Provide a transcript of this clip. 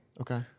Okay